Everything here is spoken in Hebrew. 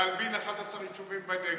להלבין 11 יישובים בנגב.